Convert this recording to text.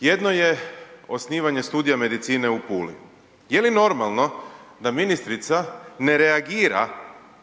Jedno je osnivanje studija medicine u Puli. Je li normalno da ministrica ne reagira